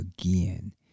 again